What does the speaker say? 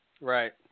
right